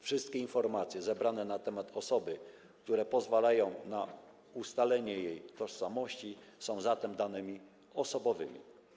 Wszystkie informacje zebrane na temat danej osoby, które pozwalają na ustalenie jej tożsamości, są zatem danymi osobowymi.